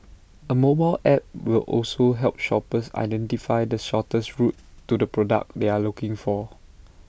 A mobile app will also help shoppers identify the shortest route to the product they are looking for